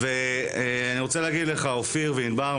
אופיר וענבר,